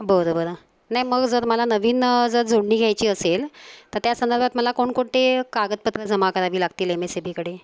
बरं बरं नाई मग जर मला नवीन जर जोडणी घ्यायची असेल तर त्या संदर्भात मला कोणकोणते कागदपत्र जमा करावी लागतील एम एस ई बी कडे